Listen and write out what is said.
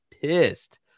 pissed